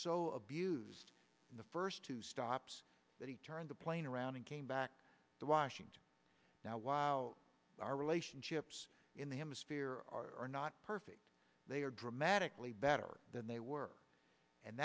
so abused in the first two stops that he turned the plane around and came back to washington now while our relationships in the hemisphere are not perfect they are dramatically better than they were and